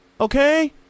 Okay